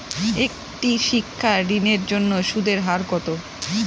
একটি শিক্ষা ঋণের জন্য সুদের হার কত?